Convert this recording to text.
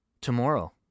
tomorrow